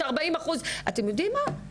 אתם יודעים מה?